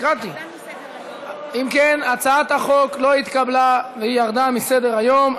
אם כן, הצעת החוק לא התקבלה והיא ירדה מסדר-היום.